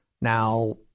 Now